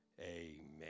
Amen